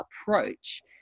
approach